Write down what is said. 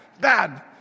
bad